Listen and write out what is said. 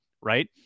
right